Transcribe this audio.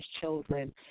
children